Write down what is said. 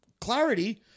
clarity